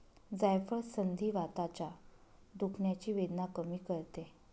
जायफळ संधिवाताच्या दुखण्याची वेदना कमी करते